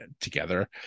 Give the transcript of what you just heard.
together